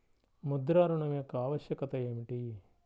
ముద్ర ఋణం యొక్క ఆవశ్యకత ఏమిటీ?